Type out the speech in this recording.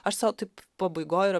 aš sau taip pabaigoj ir